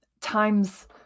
times